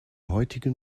heutigen